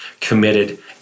committed